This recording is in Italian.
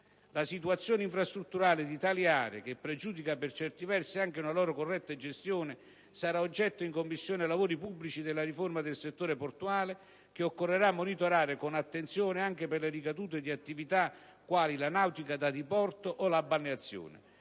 La situazione infrastrutturale di tali aree, che pregiudica per certi versi anche una loro corretta gestione, sarà oggetto in Commissione lavori pubblici della riforma del settore portuale, che occorrerà monitorare con attenzione anche per le ricadute di attività quali la nautica da diporto o la balneazione.